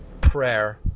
prayer